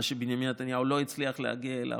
מה שבנימין נתניהו לא הצליח להגיע אליו,